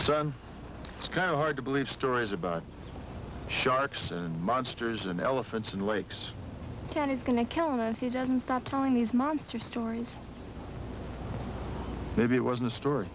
son it's kind of hard to believe stories about sharks and monsters and elephants and lakes chan is going to kill him if he doesn't stop telling these monster stories maybe it was a story